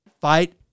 fight